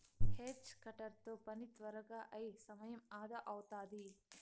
hedge cutter తో పని త్వరగా అయి సమయం అదా అవుతాది